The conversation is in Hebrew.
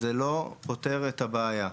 זה לא פותר את הבעיה,